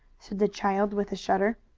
said the child with a shudder.